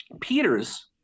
Peters